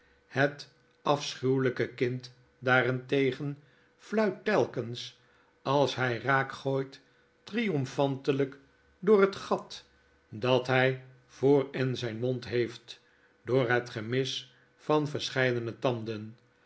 het afschuwelpe kind daaren tegen fluit telkens als hp raak gooit triomfantelgk door het gat dat hg vtfor in zijn mond heeft door het gemis van verscheidene tanden